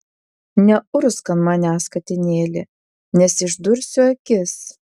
neurgzk ant manęs katinėli nes išdursiu akis